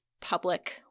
public